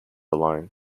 alone